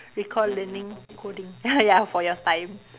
recall learning coding ya for your time